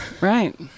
Right